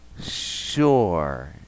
Sure